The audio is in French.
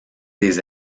des